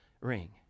ring